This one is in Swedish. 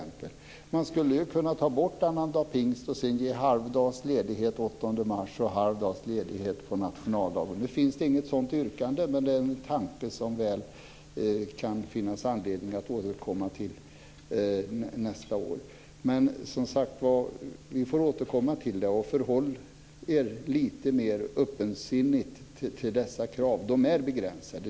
Man skulle ju kunna ta bort annandag pingst och sedan ge en halv dags ledighet den 8 mars och en halv dags ledighet på nationaldagen. Nu finns det inget sådant yrkande, men det är en tanke som det kan finnas anledning att återkomma till nästa år. Vi får, som sagt, återkomma till detta. Förhåll er lite mer öppensinniga till dessa krav! De är begränsade.